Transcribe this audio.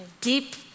deep